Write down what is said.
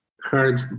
heard